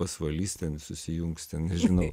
pasvalys ten susijungs ten nežinau